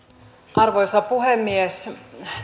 arvoisa puhemies